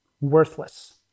worthless